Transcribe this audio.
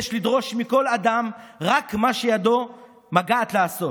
יש לדרוש מכל אדם רק מה שידו מגעת לעשות.